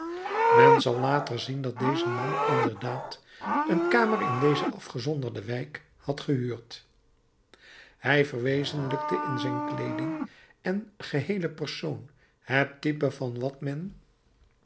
men zal later zien dat deze man inderdaad een kamer in deze afgezonderde wijk had gehuurd hij verwezenlijkte in zijn kleeding en geheelen persoon het type van wat men